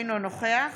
אינו נוכח